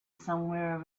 somewhere